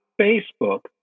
Facebook